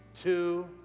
two